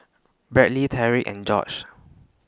Bradley Tarik and Jorge